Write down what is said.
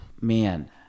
man